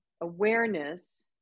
awareness